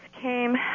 came